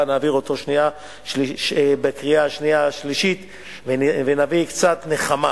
נעביר אותו בקריאה שנייה ושלישית ונביא קצת נחמה